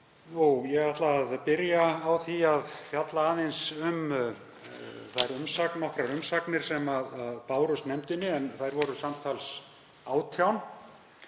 Ég ætla að byrja á því að fjalla aðeins um nokkrar umsagnir sem bárust nefndinni en þær voru samtals 18.